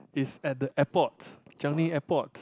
is at the airport Changi-Airport